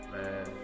Man